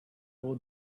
will